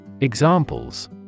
Examples